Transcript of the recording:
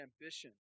ambition